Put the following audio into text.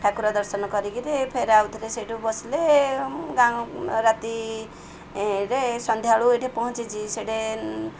ଠାକୁର ଦର୍ଶନ କରିକି ଫେରେ ଆଉଥରେ ସେଇଠୁ ବସିଲେ ମୁଁ ରାତିରେ ସନ୍ଧ୍ୟାବେଳକୁ ଏଠି ପହଞ୍ଚିବି ସେଠି